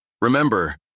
Remember